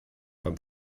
beim